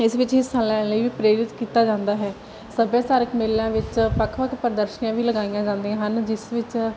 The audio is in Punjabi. ਇਸ ਵਿੱਚ ਹਿੱਸਾ ਲੈਣ ਲਈ ਵੀ ਪ੍ਰੇਰਿਤ ਕੀਤਾ ਜਾਂਦਾ ਹੈ ਸਭਿਆਚਾਰਕ ਮੇਲਿਆਂ ਵਿੱਚ ਵੱਖ ਵੱਖ ਪ੍ਰਦਰਸ਼ਨੀਆਂ ਵੀ ਲਗਾਈਆਂ ਜਾਂਦੀਆਂ ਹਨ ਜਿਸ ਵਿੱਚ